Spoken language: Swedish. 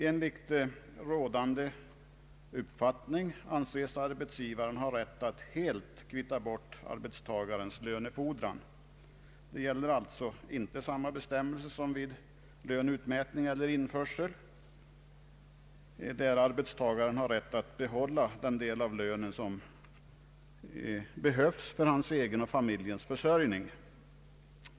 Enligt rådande uppfattning anses arbetsgivaren ha rätt att helt kvitta bort arbetstagarens lönefordran. Här gäller alltså inte samma bestämmelser som vid löneutmätning eller införsel, där arbetstagaren har rätt att behålla den del av lönen som behövs för hans egen och familjens försörjning.